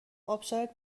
آبشارت